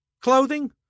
clothing